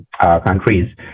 countries